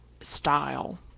style